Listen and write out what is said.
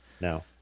No